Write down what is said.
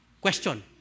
question